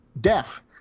deaf